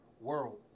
world